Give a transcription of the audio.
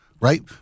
Right